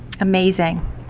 Amazing